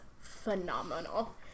phenomenal